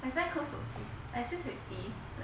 I spend close to I spend fifty